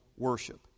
worship